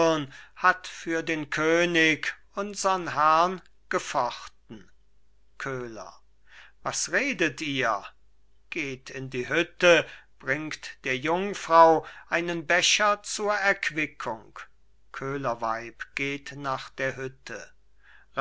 hat für den könig unsern herrn gefochten köhler was redet ihr geht in die hütte bringt der jungfrau einen becher zur erquickung köhlerweib geht nach der hütte